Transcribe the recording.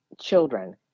children